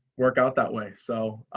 work out that way. so